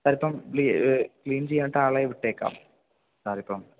സാറിപ്പം clean ചെയ്യാനായിട്ട് ആളെ വിട്ടേക്കാം സാറിപ്പം